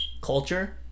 culture